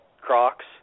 Crocs